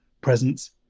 presence